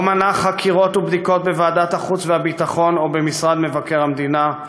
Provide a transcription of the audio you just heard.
לא מנעה חקירות ובדיקות בוועדת החוץ והביטחון ובמשרד מבקר המדינה,